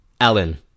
Alan